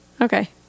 Okay